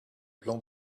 plans